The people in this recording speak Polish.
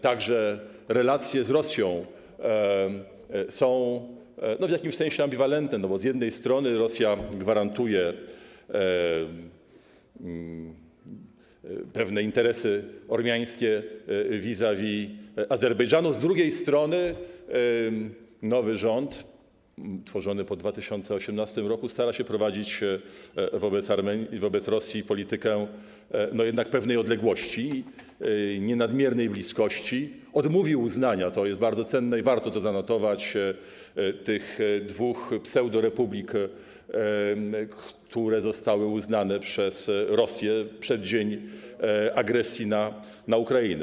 Także relacje z Rosją są w jakimś sensie ambiwalentne, bo z jednej strony Rosja gwarantuje pewne interesy ormiańskie vis-?-vis Azerbejdżanu, a z drugiej strony nowy rząd utworzony po 2018 r. stara się prowadzić wobec Rosji politykę jednak pewnej odległości i nienadmiernej bliskości, odmówił uznania - to jest bardzo cenne i warto to zanotować - tych dwóch pseudorepublik, które zostały uznane przez Rosję w przeddzień agresji na Ukrainę.